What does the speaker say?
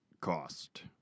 cost